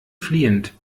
fliehend